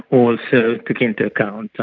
also took into account